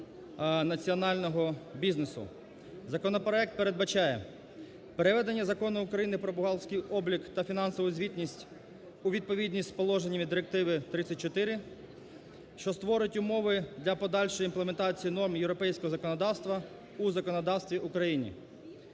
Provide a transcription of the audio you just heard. національного бізнесу. Законопроект передбачає переведення Закону України "Про бухгалтерський облік та фінансову звітність" у відповідність з положеннями Директиви 34, що створить умови для подальшої імплементації норм європейського законодавства у законодавстві України.